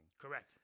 Correct